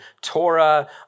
Torah